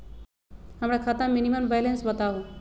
हमरा खाता में मिनिमम बैलेंस बताहु?